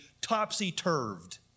topsy-turved